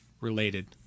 related